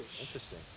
Interesting